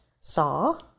saw